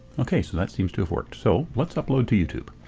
ok, so that seems to have worked so let's upload to youtube.